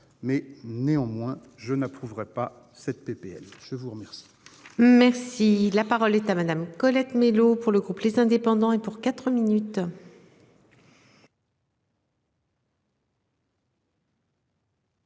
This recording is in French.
mais néanmoins je n'approuverai pas cette PPL je vous remercie. Merci la parole est à Madame, Colette Mélot pour le groupe les indépendants et pour quatre minutes.